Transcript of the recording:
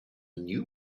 new